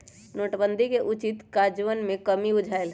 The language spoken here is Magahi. नोटबन्दि के उचित काजन्वयन में कम्मि बुझायल